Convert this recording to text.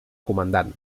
comandant